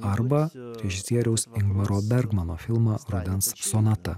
arba režisieriaus ingmaro bergmano filmą rudens sonata